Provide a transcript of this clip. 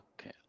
okay